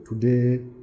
today